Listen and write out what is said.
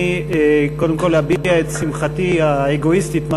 אני קודם כול אביע את שמחתי האגואיסטית-משהו